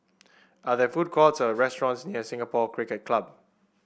are there food courts or restaurants near Singapore Cricket Club